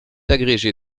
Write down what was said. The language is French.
agrégé